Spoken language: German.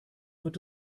wird